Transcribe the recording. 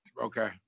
Okay